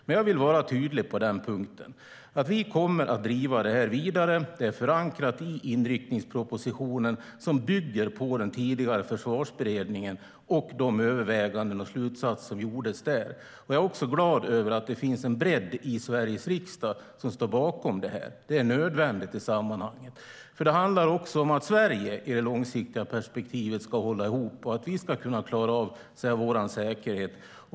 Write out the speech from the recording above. Men jag vill vara tydlig: Vi kommer att driva det här vidare. Det är förankrat i inriktningspropositionen som bygger på den tidigare Försvarsberedningen och de överväganden och slutsatser som gjordes där. Jag är också glad över att en bred Sveriges riksdag står bakom det här. Det är nödvändigt. Det handlar nämligen också om att Sverige ska hålla ihop, långsiktigt, och att vi ska kunna klara av vår säkerhet.